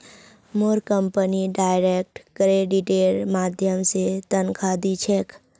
मोर company direct क्रेडिटेर माध्यम स तनख़ा दी छेक